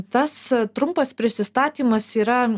tas trumpas prisistatymas yra